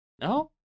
No